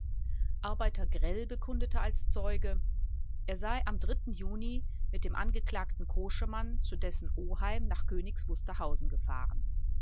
grell bekundete als zeuge er sei am juni mit dem angeklagten koschemann zu dessen oheim nach königs wusterhausen gefahren